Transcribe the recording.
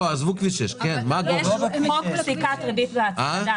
יש חוק פסיקת ריבית והצמדה.